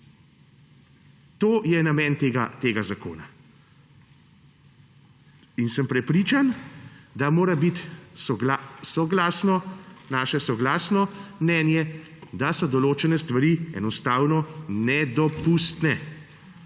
To je namen tega zakona in sem prepričan, da mora biti soglasno, naše soglasno mnenje, da so določene stvari enostavno nedopustne.